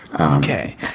Okay